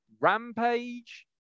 Rampage